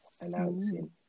announcing